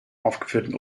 aufgeführten